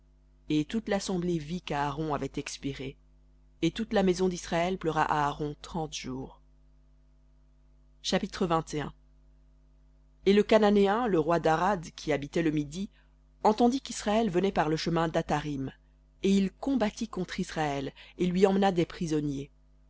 et toute l'assemblée vit qu'aaron avait expiré et toute la maison d'israël pleura aaron trente jours chapitre et le cananéen le roi d'arad qui habitait le midi entendit qu'israël venait par le chemin d'atharim et il combattit contre israël et lui emmena des prisonniers